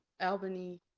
Albany